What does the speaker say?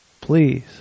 please